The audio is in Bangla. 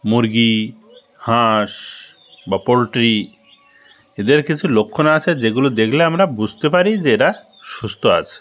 মুরগী হাঁস বা পোলট্রি এদের কিছু লক্ষণ আছে যেগুলো দেখলে আমরা বুঝতে পারি যে এরা সুস্থ আছে